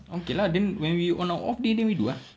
okay lah then when we on our off day then we do ah